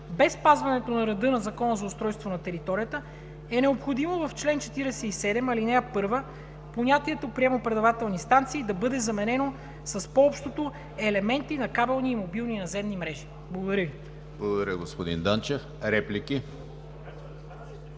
без спазването на реда на Закона за устройство на територията, е необходимо в чл. 47, ал. 1 понятието „приемо-предавателни станции“ да бъде заменено с по-общото „елементи на кабелни и мобилни наземни мрежи“. Благодаря Ви.